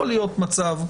מה המצב פה?